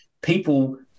People